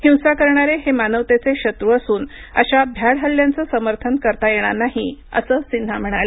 हिंसा करणारे हे मानवतेचे शत्रू असून अशा भ्याड हल्ल्यांचे समर्थन करता येणार नाही असं सिन्हा म्हणाले